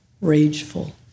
rageful